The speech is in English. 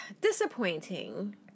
disappointing